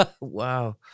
Wow